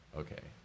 okay